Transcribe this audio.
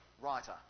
writer